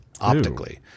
optically